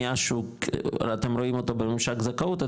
הרי אתם רואים אותו בממשק זכאות,